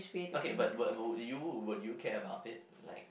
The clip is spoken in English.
okay but but wo~ would you would you care about it like